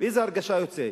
עם איזו הרגשה הוא יוצא?